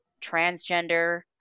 transgender